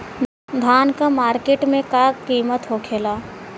धान क मार्केट में का कीमत होखेला?